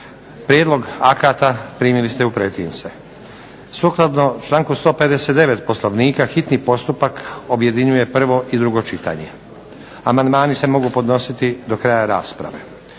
Prijedlog akata primili ste u pretince. Sukladno članku 159. Poslovnika hitni postupak objedinjuje prvo i drugo čitanje. Amandmani se mogu podnositi do kraja rasprave.